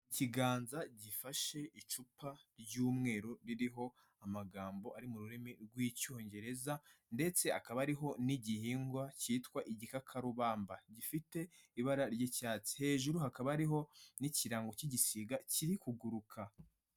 Ikiganza gifashe icupa ry'umweru riririho amagambo ari mu rurimi rw'icyongereza, ndetse akaba ariho n'igihingwa cyitwa igikakarubamba. Gifite ibara ry'icyatsi. Hejuru hakaba hariho n'ikirango cy'igisiga kiri kuguruka.